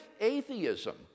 atheism